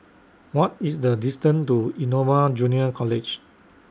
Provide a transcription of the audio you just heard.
What IS The distance to Innova Junior College